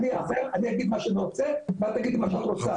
אגיד מה שאני רוצה ואת תגידי מה שאת רוצה.